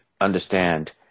understand